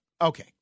okay